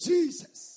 Jesus